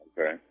Okay